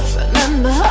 Remember